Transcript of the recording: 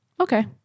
Okay